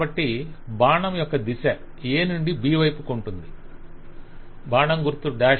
కాబట్టి బాణం యొక్క దిశ A నుండి B వైపుకు ఉంటుంది బాణం గుర్తు డాష్